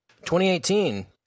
2018